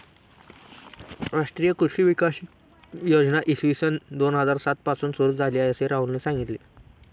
राष्ट्रीय कृषी विकास योजना इसवी सन दोन हजार सात पासून सुरू झाली, असे राहुलने सांगितले